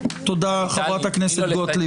תודה, חברת הכנסת גוטליב.